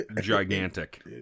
gigantic